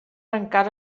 encara